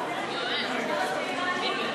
(תיקון, חיילים זכאי חוק השבות),